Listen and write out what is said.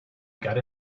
got